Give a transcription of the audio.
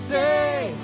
day